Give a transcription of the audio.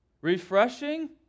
refreshing